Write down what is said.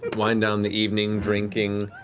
wind down the evening, drinking,